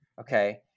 okay